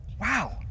Wow